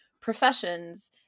professions